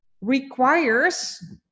requires